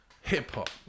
hip-hop